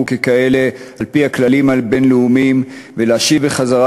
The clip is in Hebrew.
ככאלה על-פי הכללים הבין-לאומיים ולהשיב בחזרה